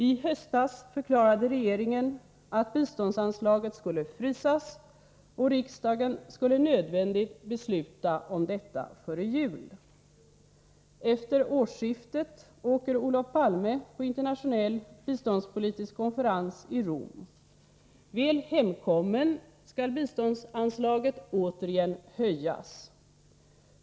I höstas förklarade regeringen att biståndsanslaget skulle frysas, och riksdagen skulle nödvändigt besluta om detta före jul. Efter årsskiftet åker Olof Palme på internationell biståndspolitisk konferens i Rom. När han väl kommit hem, skall biståndsanslaget återigen höjas.